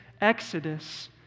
exodus